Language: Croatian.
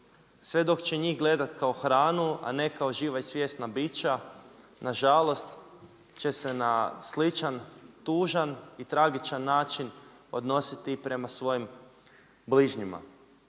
sve dok će njih gledati kao hranu, a ne kao živa i svjesna bića, nažalost, će se na sličan, tužan i tragičan način odnositi i prema svojim bližnjima.